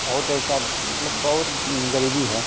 बहुत ऐसा मतलब बहुत गरीबी है